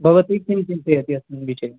भवती किं चिन्तयति अस्मिन् विषये